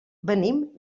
venim